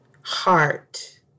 heart